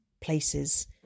places